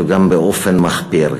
וגם באופן מחפיר,